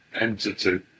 entity